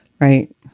Right